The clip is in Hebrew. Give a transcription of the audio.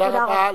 תודה רבה.